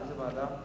איזה ועדה?